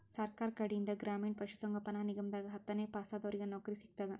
ಸರ್ಕಾರ್ ಕಡೀನ್ದ್ ಗ್ರಾಮೀಣ್ ಪಶುಸಂಗೋಪನಾ ನಿಗಮದಾಗ್ ಹತ್ತನೇ ಪಾಸಾದವ್ರಿಗ್ ನೌಕರಿ ಸಿಗ್ತದ್